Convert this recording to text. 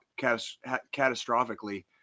catastrophically